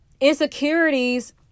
insecurities